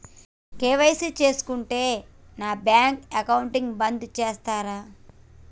KYC చేయకుంటే నా bank account బంద్ చేస్తరా?